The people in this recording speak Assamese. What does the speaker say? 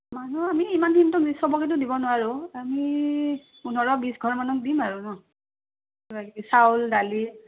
মানুহ আমি ইমানখিনিটো চবকেটো দিব নোৱাৰোঁ আমি পোন্ধৰ বিছ ঘৰমানক দিম আৰু ন কিবাকিবি চাউল দালি